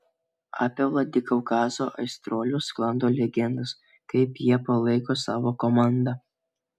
apie vladikaukazo aistruolius sklando legendos kaip jie palaiko savo komandą